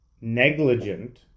negligent